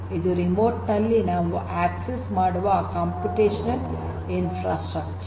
ಇದು ರಿಮೋಟ್ ನಲ್ಲಿ ನಾವು ಆಕ್ಸೆಸ್ ಮಾಡುವ ಕಂಪ್ಯೂಟೇಷನಲ್ ಇನ್ಫ್ರಾಸ್ಟ್ರಕ್ಚರ್